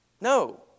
No